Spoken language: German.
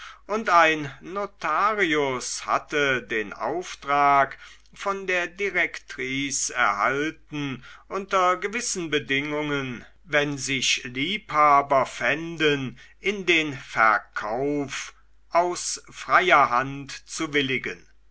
und ein notarius hatte den auftrag von der direktrice erhalten unter gewissen bedingungen wenn sich liebhaber fänden in den verkauf aus freier hand zu willigen